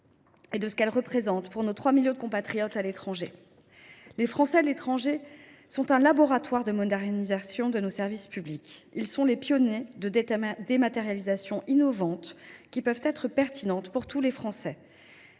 et ce qu’elle représente pour nos 3 millions de compatriotes qui vivent à l’étranger. Les Français de l’étranger sont un laboratoire de modernisation de nos services publics. Ils sont les pionniers de dématérialisations innovantes qui peuvent être pertinentes pour tous les Français.